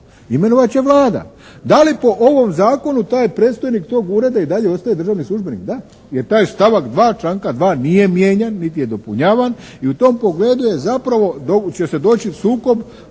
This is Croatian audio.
Imenovat će Vlada. Da li po ovom Zakonu taj predstojnik tog ureda i dalje ostaje državni službenik? Da, jer taj stavak 2. članka 2. nije mijenjan niti je dopunjavan i u tom pogledu je zapravo će se doći u sukob,